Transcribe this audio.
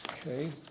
Okay